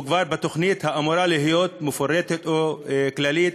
או כבר בתוכנית שאמורה להיות מפורטת או כללית